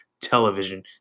television